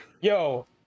yo